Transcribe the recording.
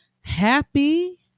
happy